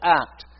act